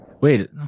Wait